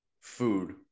food